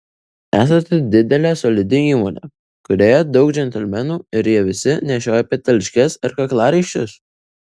esate didelė solidi įmonė kurioje daug džentelmenų ir jie visi nešioja peteliškes ar kaklaraiščius